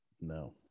No